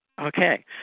Okay